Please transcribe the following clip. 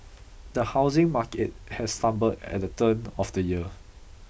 the housing market has stumbled at the turn of the year